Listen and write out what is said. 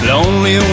Lonely